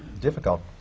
difficult,